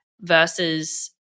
versus